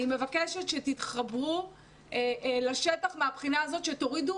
אני מבקשת שתתחברו לשטח מהבחינה הזאת שתורידו